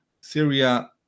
Syria